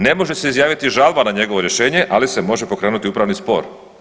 Ne može se izjaviti žalba na njegovo rješenje, ali se može pokrenuti upravi spor.